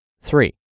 Three